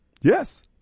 Yes